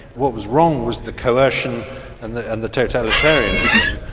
what was wrong was the coercion and the and the totalitarianism,